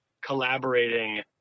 collaborating